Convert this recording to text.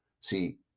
See